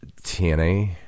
TNA